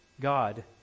God